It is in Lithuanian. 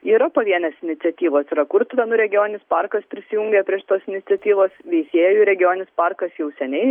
yra pavienės iniciatyvos yra kurtuvėnų regioninis parkas prisijungė prie šitos iniciatyvos veisiejų regioninis parkas jau seniai